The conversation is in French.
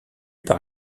par